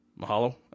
Mahalo